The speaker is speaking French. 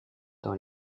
dans